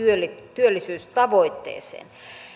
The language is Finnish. työllisyystavoitteeseen